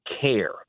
care